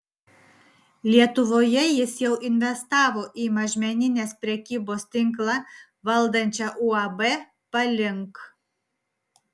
lietuvoje jis jau investavo į mažmeninės prekybos tinklą valdančią uab palink